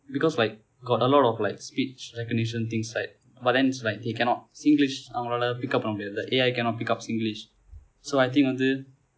because like got a lot of like speech recognition things right but then is like they cannot singlish அவங்களால் :avangalaal pick up பன்ன முடியாது:panna mudiyaathu like A_I cannot pick up singlish so I think வந்து :vanthu